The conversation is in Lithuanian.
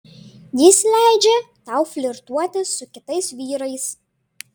jis leidžia tau flirtuoti su kitais vyrais